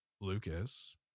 Lucas